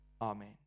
Amen